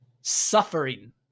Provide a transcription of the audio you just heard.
suffering